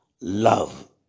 love